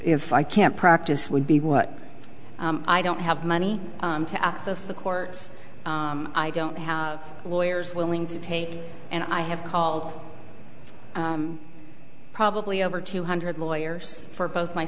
if i can't practice would be what i don't have money to access the courts i don't have lawyers willing to take and i have called probably over two hundred lawyers for both my